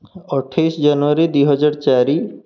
ଅଠେଇଶି ଜାନୁଆରୀ ଦୁଇ ହଜାର ଚାରି